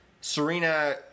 Serena